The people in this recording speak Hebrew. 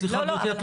סליחה, גבירתי.